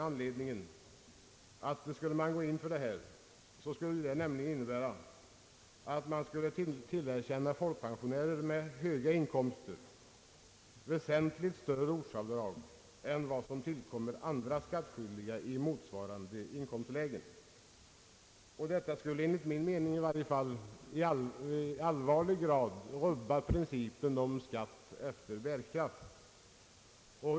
Ville man gå in för detta skulle det nämligen innebära att man tillerkände folkpensionärer med höga inkomster väsentligt större ortsavdrag än vad som tillkommer andra skattskyldiga i motsvarande inkomstläge. Det skulle i varje fall enligt min mening i allvarlig grad rubba principen om skatt efter bärkraft.